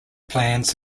plans